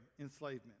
enslavement